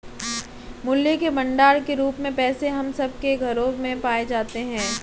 मूल्य के भंडार के रूप में पैसे हम सब के घरों में पाए जाते हैं